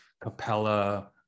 Capella